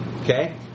Okay